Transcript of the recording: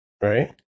right